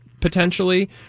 potentially